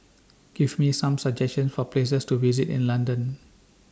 Give Me Some suggestions For Places to visit in London